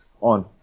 on